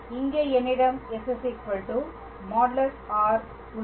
இங்கே என்னிடம் s | r | உள்ளது